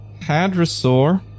Hadrosaur